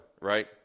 right